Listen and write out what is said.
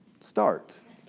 starts